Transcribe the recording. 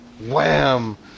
wham